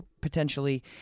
potentially